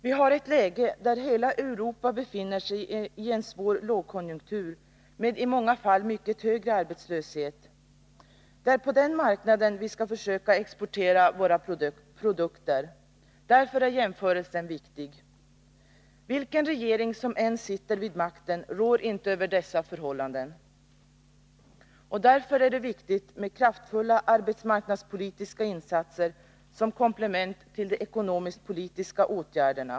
Vi har ett läge där hela Europa befinner sig i en svår lågkonjunktur med i många fall mycket högre arbetslöshet än vår. Det är på den marknaden vi skall försöka exportera våra produkter. Därför är jämförelsen viktig. Vilken regering som än sitter vid makten rår den inte över dessa förhållanden. Därför är det viktigt med kraftfulla arbetsmarknadspolitiska insatser som komplement till de ekonomisk-politiska åtgärderna.